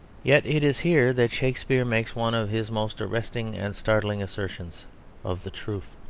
yet it is here that shakespeare makes one of his most arresting and startling assertions of the truth.